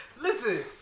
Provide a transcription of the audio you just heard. listen